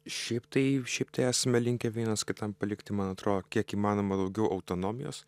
šiaip taip šiaip tai esme linkę vienas kitam palikti man atro kiek įmanoma daugiau autonomijos